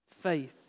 Faith